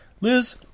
liz